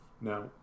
Now